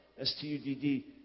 S-T-U-D-D